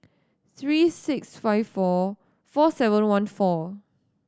three six five four four seven one four